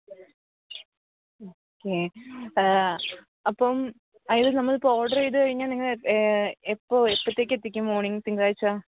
okay അപ്പോൾ അതിനു നമ്മൾ ഇപ്പോൾ ഓർഡർ ചെയ്തു കഴിഞ്ഞാൽ നിങ്ങൾ എപ്പോൾ എപ്പത്തേക്ക് എത്തിക്കും മോർണിംഗ് തിങ്കളാഴ്ച